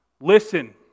listen